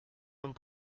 homme